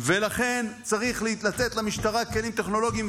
ולכן צריך לתת למשטרה כלים טכנולוגיים,